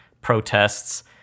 protests